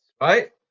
right